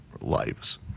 lives